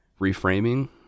reframing